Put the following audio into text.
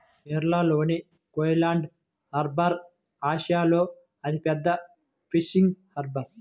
కేరళలోని కోయిలాండి హార్బర్ ఆసియాలో అతిపెద్ద ఫిషింగ్ హార్బర్